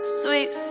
sweet